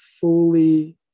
fully